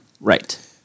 Right